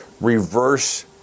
reverse